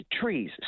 trees